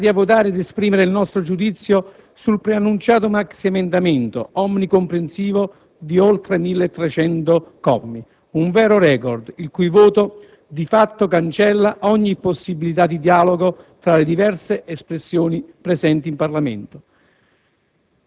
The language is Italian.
chiamati a votare e ad esprimere il nostro giudizio sul preannunciato maxiemendamento, onnicomprensivo di oltre 1.300 commi, un vero record, il cui voto, di fatto, cancella ogni possibilità di dialogo tra le diverse espressioni presenti in Parlamento.